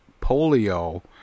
polio